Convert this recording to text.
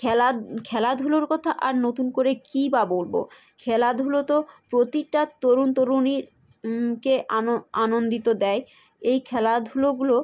খেলা খেলাধুলোর কথা আর নতুন করে কী বা বলবো খেলাধুলো তো প্রতিটা তরুণ তরুণীরকে আনন্দিত দেয় এই খেলাধুলোগুলো